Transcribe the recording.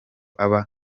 aba